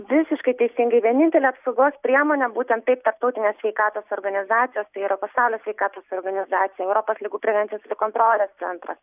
visiškai teisingai vienintelė apsaugos priemonė būtent taip tarptautinės sveikatos organizacijos tai yra pasaulio sveikatos organizacija europos ligų prevencijos ir kontrolės centras